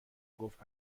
گفت